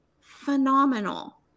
phenomenal